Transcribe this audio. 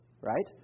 right